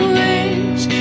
wish